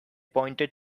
pointed